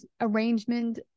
arrangement